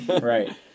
Right